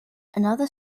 another